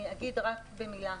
חינוך והסברה,